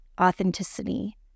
Authenticity